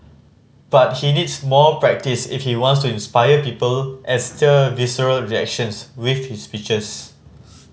but he needs more practise if he wants to inspire people and stir visceral reactions with his speeches